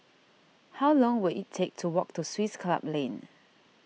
how long will it take to walk to Swiss Club Lane